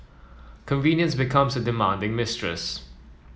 convenience becomes a demanding mistress